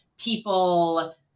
people